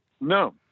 No